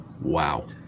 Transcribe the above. Wow